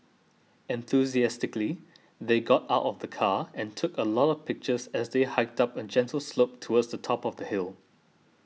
enthusiastically they got out of the car and took a lot of pictures as they hiked up a gentle slope towards the top of the hill